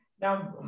Now